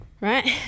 Right